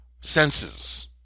senses